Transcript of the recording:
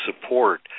support